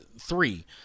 three